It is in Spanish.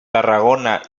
tarragona